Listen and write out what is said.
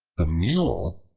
the mule,